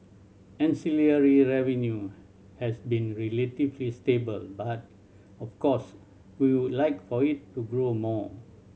ancillary revenue has been relatively stable but of course we would like for it to grow more